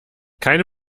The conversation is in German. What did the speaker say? keine